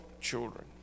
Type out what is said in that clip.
children